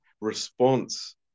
response